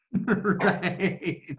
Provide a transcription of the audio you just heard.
Right